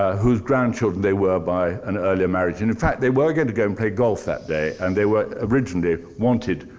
whose grandchildren they were by an earlier marriage. in and fact, they were going to go and play golf that day, and they were originally wanted,